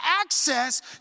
access